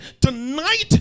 tonight